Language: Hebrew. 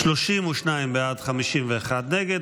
32 בעד, 51 נגד.